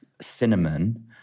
cinnamon